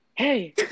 hey